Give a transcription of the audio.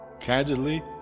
Candidly